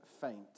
faint